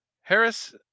Harris